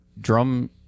drum